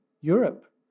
Europe